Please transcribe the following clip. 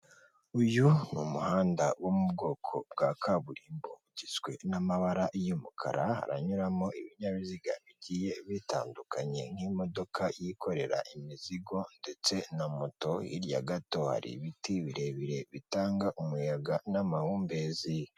Uyu ni umuhanda wo mu bwoko bwa kaburimbo, ugizwe n'amabara y'umukara unyuramo ibinyabiziga bigiye bitandukanye: nk'imodoka yikorera imizigo, ndetse na moto, hirya gato hari ibiti birebire bitanga umuyaga n'amahumbezi.